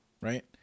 right